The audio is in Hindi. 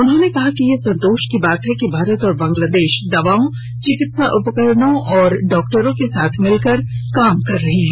उन्होंने कहा कि यह संतोष की बात है कि भारत और बांग्लादेश दवाओं चिकित्सा उपकरणों तथा डॉक्टरों के साथ मिलकर काम कर रहे हैं